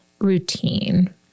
routine